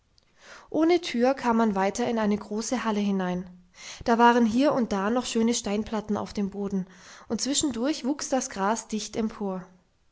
ohne tür kam man weiter in eine große halle hinein da waren hier und da noch schöne steinplatten auf dem boden und zwischendurch wuchs das gras dicht empor